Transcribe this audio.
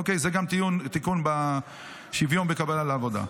אוקיי, זה גם תיקון בשוויון בקבלה לעבודה.